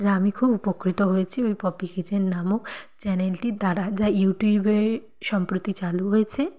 আমি খুব উপকৃত হয়েছি ওই পপি কিচেন নামক চ্যানেলটির দ্বারা যা ইউটিউবে সম্প্রতি চালু হয়েছে